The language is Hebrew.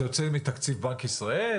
זה יוצא מתקציב בנק ישראל?